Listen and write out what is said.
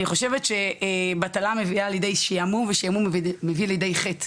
אני חושבת שבטלה מביאה לידי שעמום ושעמום מביא לידי חטא